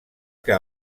que